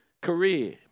career